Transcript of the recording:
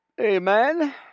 Amen